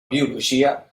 biologia